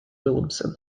williamson